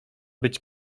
być